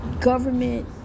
government